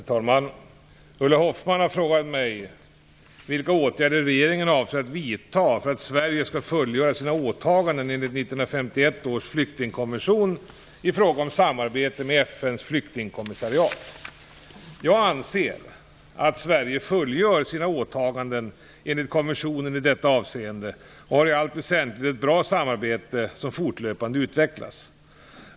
Herr talman! Ulla Hoffmann har frågat mig vilka åtgärder regeringen avser att vidta för att Sverige skall fullgöra sina åtaganden enligt 1951 års flyktingkonvention i fråga om samarbete med FN:s flyktingkommissariat. Jag anser att Sverige fullgör sina åtaganden enligt konventionen i detta avseende och har i allt väsentligt ett bra samarbete, som fortlöpande utvecklas.